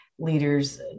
leaders